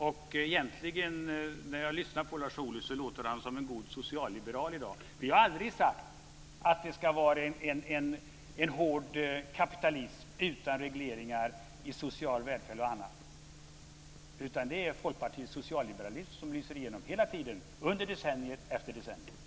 När jag lyssnar på Lars Ohly tycker jag att han egentligen låter som en god socialliberal i dag. Vi har aldrig sagt att det ska vara en hård kapitalism utan regleringar av social välfärd och annat, utan det är Folkpartiets socialliberalism som lyser igenom hela tiden - under decennier efter decennier.